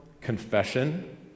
Confession